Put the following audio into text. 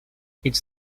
its